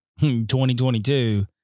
2022